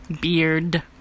Beard